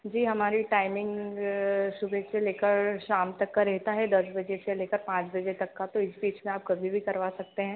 जी हमारी टाइमिंग सुबह से लेकर शाम तक का रहता है दस बजे से लेकर पाँच बजे तक का तो इस बीच में आप कभी भी करवा सकते हैं